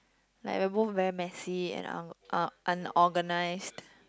like we're both very messy and un~ un~ unorganised